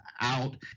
out